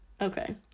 okay